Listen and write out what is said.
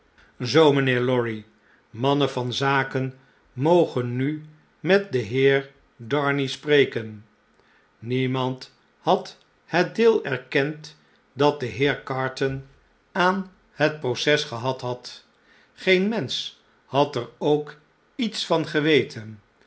zoo mijnheer lorry mannen van zaken mogen nu met den heer darnay spreken memand had het deel erkend dat de heer carton aan het proces gehad had geen mensch had er ook iets van geweten